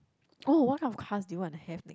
oh what kind of cars do you wanna have